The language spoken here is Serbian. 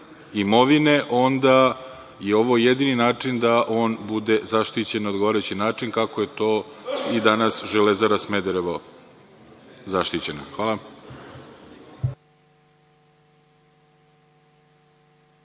imovine, onda je ovo jedini način da on bude zaštićen na odgovarajući način, kako je to i danas „Železara Smederevo“ zaštićena. Hvala.